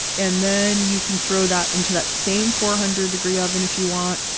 and then you can throw that into that same four hundred degree oven if you want,